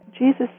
Jesus